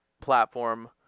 platform